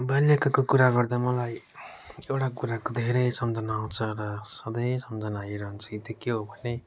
बाल्यकालको कुरा गर्दा मलाई एउटा कुराको धेरै सम्झना आउँछ र सधैँ सम्झना आइरहन्छ त्यो के हो भने